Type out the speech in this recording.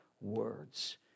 Words